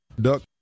duck